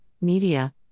Media